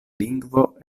lingvo